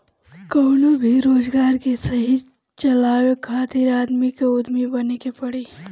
कवनो भी रोजगार के सही चलावे खातिर आदमी के उद्यमी बने के पड़ी